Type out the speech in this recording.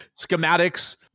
schematics